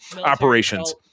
operations